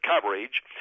coverage